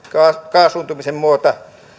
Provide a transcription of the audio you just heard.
kaasuuntumisen myötä